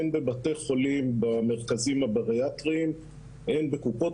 הן בבתי חולים במרכזים הבריאטריים והן בקופות